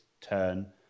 turn